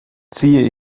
ziehe